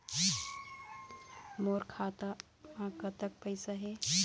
मोर खाता म कतक पैसा हे?